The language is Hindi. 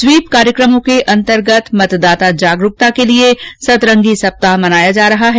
स्वीप कार्यक्रमों के अंतर्गत मतदाता जागरूकता के लिए सतरंगी सप्ताह मनाया जा रहा है